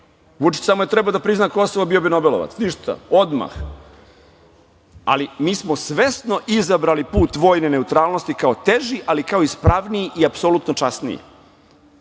Vučić je samo trebao da prizna Kosovo i bio bi nobelovac, ništa, odmah. Mi smo svesno izabrali put vojne neutralnosti kao teži, ali kao ispravniji i apsolutno časniji.